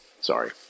Sorry